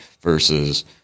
versus